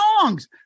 songs